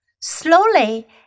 Slowly